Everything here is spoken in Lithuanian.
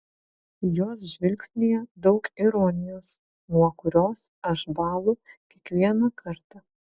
jos žvilgsnyje daug ironijos nuo kurios aš bąlu kiekvieną kartą